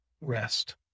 rest